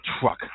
truck